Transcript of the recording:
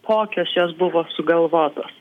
kokios jos buvo sugalvotos